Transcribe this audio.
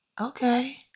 Okay